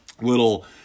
little